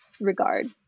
regard